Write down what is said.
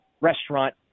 restaurant